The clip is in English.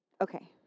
okay